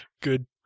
Good